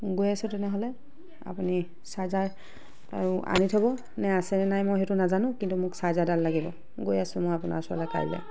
গৈ আছো তেনেহ'লে আপুনি চাৰ্জাৰ আৰু আনি থ'ব নে আছে নে নাই মই সেইটো নাজানো কিন্তু মোক চাৰ্জাৰডাল লাগিব গৈ আছো মই আপোনাৰ ওচৰলৈ কাইলৈ